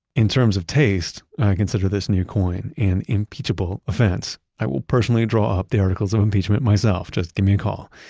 in terms of taste, i consider this new coin an impeachable offense. i will personally draw up the articles of impeachment myself. just give me a call.